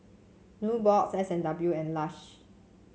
nubox S and W and Lush